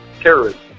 terrorism